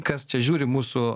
kas čia žiūri mūsų